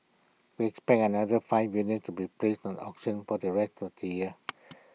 we expect another five units to be placed an auction for the rest of the year